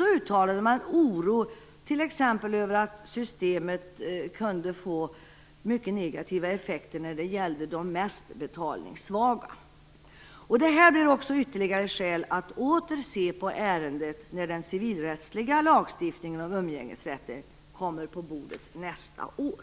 uttalade man oro t.ex. över att systemet kunde få mycket negativa effekter när det gäller de mest betalningssvaga. Det blir också ytterligare skäl att åter se på ärendet när den civilrättsliga lagstiftningen om umgängesrätten kommer på bordet nästa år.